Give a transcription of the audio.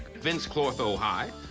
vince clortho high. ah